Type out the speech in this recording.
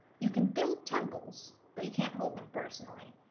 you can build temples but you can't hold them personally.